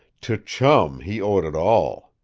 to chum he owed it all!